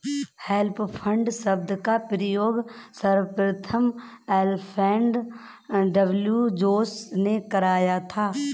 hedge fund शब्द का प्रयोग सर्वप्रथम अल्फ्रेड डब्ल्यू जोंस ने किया था